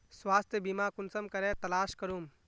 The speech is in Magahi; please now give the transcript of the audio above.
स्वास्थ्य बीमा कुंसम करे तलाश करूम?